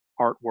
artwork